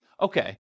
okay